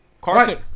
Carson